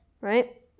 right